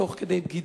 תוך כדי בגידה